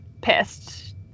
pissed